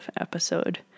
episode